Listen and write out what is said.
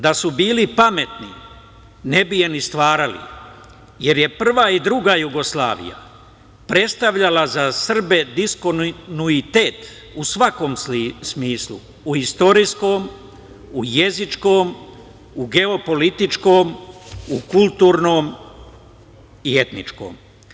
Da su bili pametni ne bi je ni stvarali, jer je prva i druga Jugoslavija predstavljala za Srbe diskonuitet u svakom smislu, u istorijskom, u jezičkom, u geopolitičkom, u kulturnom i etničkom.